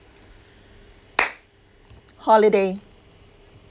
holiday